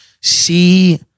see